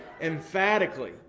emphatically